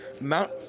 Mount